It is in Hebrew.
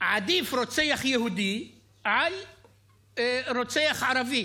עדיף רוצח יהודי על רוצח ערבי.